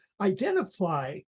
identify